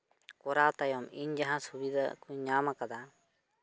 ᱠᱚᱨᱟᱣ ᱛᱟᱭᱚᱢ ᱤᱧ ᱡᱟᱦᱟᱸ ᱥᱩᱵᱤᱫᱷᱟ ᱠᱚᱧ ᱧᱟᱢ ᱟᱠᱟᱫᱟ